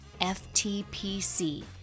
FTPC